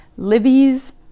libby's